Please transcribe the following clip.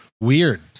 weird